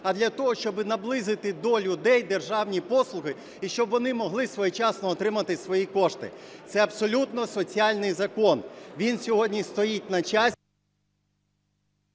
а для того, щоб наблизити до людей державні послуги, і щоб вони могли своєчасно отримати свої кошти. Це абсолютно соціальний закон, він сьогодні стоїть на …